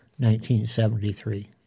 1973